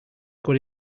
good